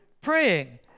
praying